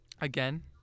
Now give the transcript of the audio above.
again